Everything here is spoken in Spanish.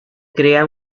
crea